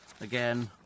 Again